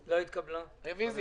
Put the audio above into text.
במקום להתווכח איתי, תסכימי איתי,